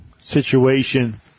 situation